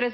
Jeg